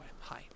hi